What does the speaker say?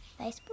Facebook